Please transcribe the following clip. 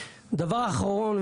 דבר אחרון,